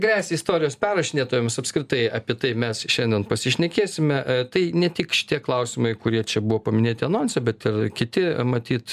gresia istorijos perrašinėtojams apskritai apie tai mes šiandien pasišnekėsime tai ne tik šitie klausimai kurie čia buvo paminėti anonse bet ir kiti matyt